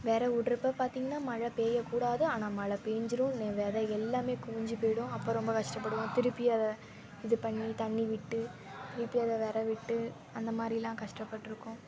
வெற விட்றப்ப பார்த்திங்கனா மழை பேய்யக்கூடாது ஆனால் மழை பேய்ஞ்சிரும் வெதை எல்லாம் குமிஞ்சு போய்டும் அப்போ ரொம்ப நம்ம கஷ்டப்படுவோம் திருப்பி அதை இது பண்ணி தண்ணி விட்டு திருப்பி அதை வெற விட்டு அந்தமாதிரிலாம் கஷ்டப்பட்டிருக்கோம்